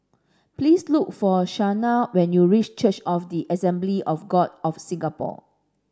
please look for Shauna when you reach Church of the Assembly of God of Singapore